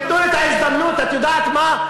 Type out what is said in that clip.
תיתנו את ההזדמנות, את יודעת מה?